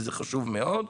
זה חשוב מאוד.